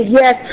yes